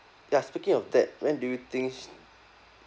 ya speaking of that when do you think s~